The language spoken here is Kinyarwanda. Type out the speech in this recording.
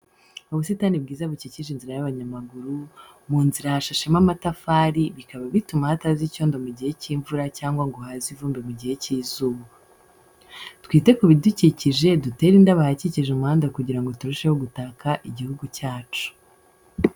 Ubusitani bwiza bukikije inzira y'abanyamaguru, Mu nzira hashashemo amatafari, bikaba bituma hataza icyondo mu gihe cy'imvura cyangwa ngo haze ivumbi mu gihe cy'izuba. Twite ku bidukikije, dutere indabo ahakikije umuhanda kugira ngo turusheho gutaka igihugu cyacu.